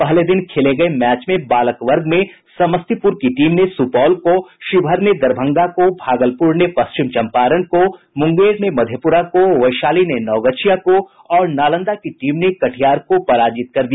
पहले दिन खेले गये मैच में बालक वर्ग में समस्तीपुर की टीम ने सुपौल को शिवहर ने दरभंगा को भागलपुर ने पश्चिम चंपारण को मुंगेर ने मधेपुरा को वैशाली ने नवगछिया को और नालंदा की टीम ने कटिहार को पराजित कर दिया